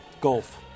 Golf